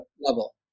level